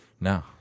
No